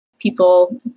people